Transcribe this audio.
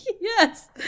Yes